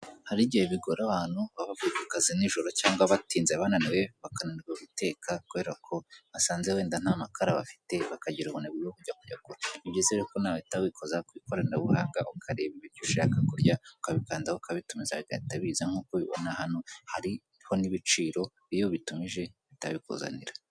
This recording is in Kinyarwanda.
Hari igihe bigora abantu baba bavuye ku kazi nijoro cyangwa batinze bananiwe bakananirwa guteka kubera ko basanze wenda nta makara bafite bakagira ubunebwe bwo kujya kuyagura, nibyiza rero ko nawe uhita wikoza ku ikoranabuhanga ukareba ibiryo ushaka kurya ukabikandaho ukabitumiza bigahita biza nk'uko ubibona hano hariho n'ibiciro, iyo ubitumije bahita babikuzanira.